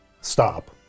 stop